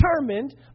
determined